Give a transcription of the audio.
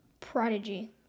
prodigy